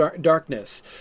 darkness